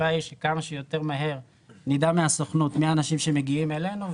השאיפה היא שכמה שיותר מהר נדע מהסוכנות מי האנשים שמגיעים אלינו,